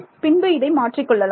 பின்பு இதை மாற்றிக் கொள்ளலாம்